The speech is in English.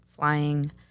Flying